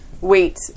wait